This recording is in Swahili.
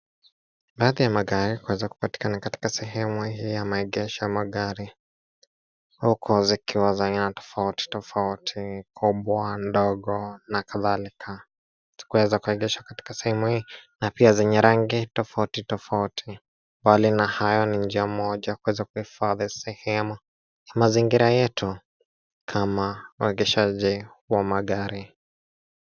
Baadhi ya magari yanaweza kupatikana katika sehemu hii ya maegesho ya magari. Huku zikiwa na aina tofauti tofauti — makubwa, madogo, na ya kati. Tunaweza kuyaegesha katika sehemu hii, na pia yana rangi mbalimbali. Kando na hayo, kuna njia moja ya kufikia sehemu hii. Yanaonyesha mazingira yetu, kama vile maeneo ya kawaida ya kuegesha magari.